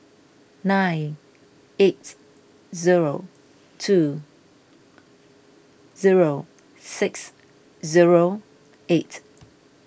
nine eight zero two zero six zero eight